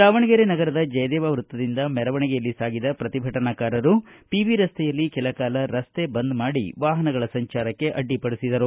ದಾವಣಗೆರೆ ನಗರದ ಜಯದೇವ ವೃತ್ತದಿಂದ ಮೆರವಣಿಗೆಯಲ್ಲಿ ಸಾಗಿದ ಪ್ರತಿಭಟನಾಕಾರರು ಪಿಬಿ ರಸ್ತೆಯಲ್ಲಿ ಕೆಲ ಕಾಲ ರಸ್ತೆ ಬಂದ್ ಮಾಡಿ ವಾಹನಗಳ ಸಂಚಾರಕ್ಕೆ ಅಡ್ಡಿಪಡಿಸಿದರು